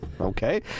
Okay